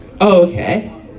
okay